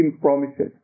promises